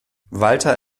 walter